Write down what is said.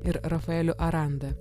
ir rafaeliu aranda